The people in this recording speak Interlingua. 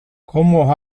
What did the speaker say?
como